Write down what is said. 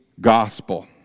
gospel